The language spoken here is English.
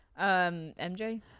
MJ